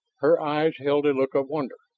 her eyes held a look of wonder.